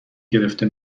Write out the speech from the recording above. گرفته